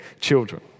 children